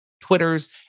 Twitters